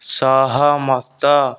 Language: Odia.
ସହମତ